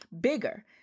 bigger